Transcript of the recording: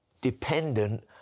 dependent